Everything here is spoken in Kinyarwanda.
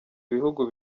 ibihugu